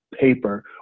paper